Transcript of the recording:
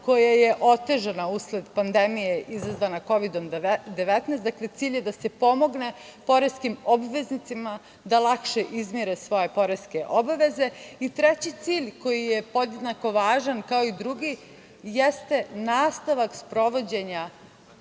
koja je otežana usled pandemije izazvana Kovidom 19, dakle, cilj je da se pomogne poreskim obveznicima da lakše izmire svoje poreske obaveze i, treći cilj, koji je podjednako važan kao i drugi, jeste – nastavak sprovođenja